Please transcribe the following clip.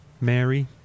Mary